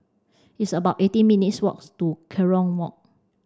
it's about eighty minutes walk to Kerong Walk